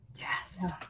Yes